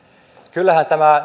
kyllähän tämä